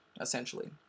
essentially